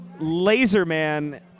Laserman